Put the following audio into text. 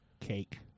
cake